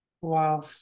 Wow